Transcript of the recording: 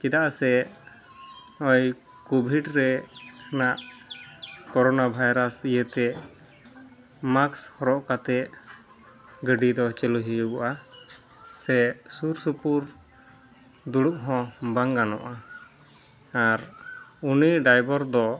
ᱪᱮᱫᱟᱜ ᱥᱮ ᱠᱳᱵᱷᱤᱰ ᱨᱮ ᱚᱱᱟ ᱠᱳᱨᱳᱱᱟ ᱵᱷᱟᱭᱨᱟᱥ ᱤᱭᱟᱹᱛᱮ ᱢᱟᱠᱥ ᱦᱚᱨᱚᱜ ᱠᱟᱛᱮᱫ ᱜᱟᱹᱰᱤᱫᱚ ᱪᱟᱹᱞᱩᱭ ᱦᱩᱭᱩᱜᱚᱼᱟ ᱥᱮ ᱥᱩᱨᱥᱩᱯᱩᱨ ᱫᱩᱲᱩᱵ ᱦᱚᱸ ᱵᱟᱝ ᱜᱟᱱᱚᱜᱼᱟ ᱟᱨ ᱩᱱᱤ ᱰᱟᱭᱵᱚᱨ ᱫᱚ